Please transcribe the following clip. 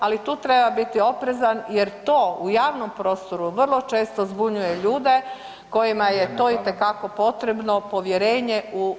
Ali tu treba biti oprezan jer to u javnom prostoru vrlo često zbunjuje ljude kojima je to itekako potrebno povjerenje u